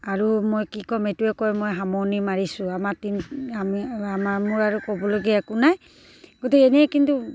আৰু মই কি ক'ম এইটোৱে কৈ মই সামৰণি মাৰিছোঁ আমাৰ তিনি আমি আমাৰ মোৰ আৰু ক'বলগীয়া একো নাই গতিকে এনেই কিন্তু